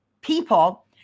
people